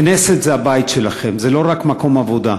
הכנסת זה הבית שלכם, זה לא רק מקום עבודה.